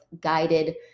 guided